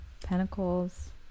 Pentacles